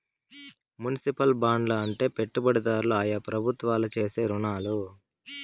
municipal బాండ్లు అంటే పెట్టుబడిదారులు ఆయా ప్రభుత్వాలకు చేసే రుణాలు